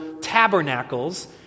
tabernacles